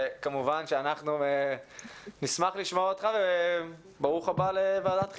כמובן שאנחנו נשמח לשמוע אותך וברוך הבא לוועדת חינוך.